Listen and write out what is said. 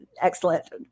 excellent